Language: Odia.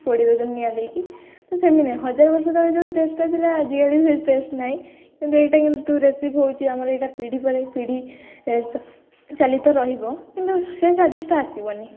ପୋଡ଼ି ଦେଉଛନ୍ତି ନିଆଁ ଦେଇକି ତ ସେମିତିହିଁ ହଜାର ବର୍ଷ ତଳେ ଯେଉଁ ଟେଷ୍ଟଟା ଥିଲା ଆଜିକାଲି ସେ ଟେଷ୍ଟ ନାହିଁ କିନ୍ତୁ ଏଇଟା କିନ୍ତୁ ରେସିପି ହେଉଛି ଆମର ଏଇଟା ପିଢ଼ି ପରେ ପିଢ଼ି ଚାଲି ରହିବ କିନ୍ତୁ ସେ ସ୍ବାଦିଷ୍ଟ ଆସିବନି